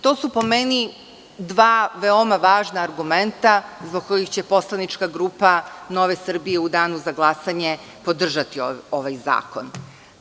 To su, po meni, dva veoma važna argumenta zbog kojih će poslanička grupa Nove Srbije u Danu za glasanje podržati ovaj zakon.